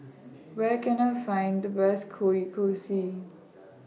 Where Can I Find The Best Kueh Kosui